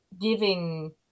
giving